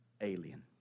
alien